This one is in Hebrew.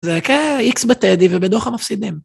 זה הקהל איקס בטדי ובדוחא מפסידים.